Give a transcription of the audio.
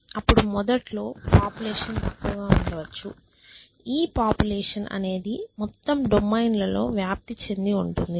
అప్పుడు మొదట్లో పాపులేషన్ తక్కువగా ఉండవచ్చు ఈ పాపులేషన్ అనేది మొత్తం డొమైన్ లో వ్యాప్తి చెంది ఉంటుంది